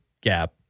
gap